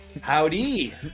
Howdy